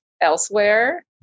elsewhere